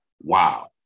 Wow